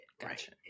Gotcha